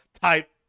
type